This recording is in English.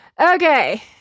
Okay